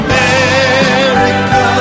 America